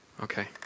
Okay